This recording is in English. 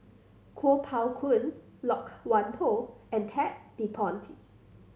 Kuo Pao Kun Loke Wan Tho and Ted De Ponti